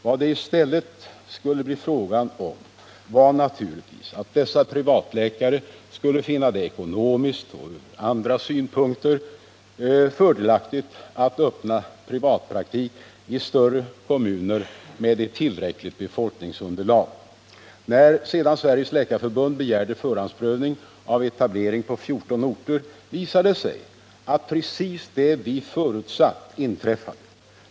Vad det i stället skulle bli fråga om var naturligtvis att dessa privatläkare skulle finna det ekonomiskt och ur andra synpunkter fördelaktigt att öppna privatpraktik i större kommuner med ett tillräckligt befolkningsunderlag. När sedan Sveriges läkarförbund begärde förhandsprövning av etablering på 14 orter visade det sig att precis det vi förutsett inträffat.